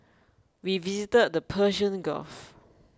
we visited the Persian Gulf